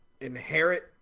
inherit –